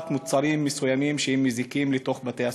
מוצרים מסוימים שהם מזיקים לתוך בתי-הספר.